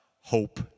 hope